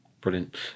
brilliant